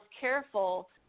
careful